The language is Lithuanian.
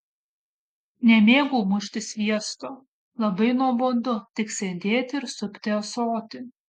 nemėgau mušti sviesto labai nuobodu tik sėdėti ir supti ąsotį